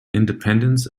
independence